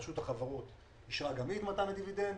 רשות החברות אישרה גם היא את מתן הדיבידנד